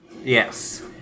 Yes